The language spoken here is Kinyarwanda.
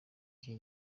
iki